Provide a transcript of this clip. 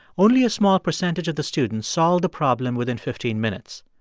only a small percentage of the students solved the problem within fifteen minutes.